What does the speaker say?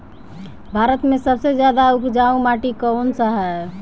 भारत मे सबसे ज्यादा उपजाऊ माटी कउन सा ह?